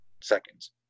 seconds